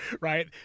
right